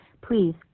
please